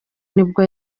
nibwo